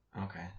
okay